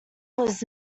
was